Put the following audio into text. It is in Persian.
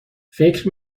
فکر